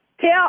tell